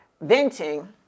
venting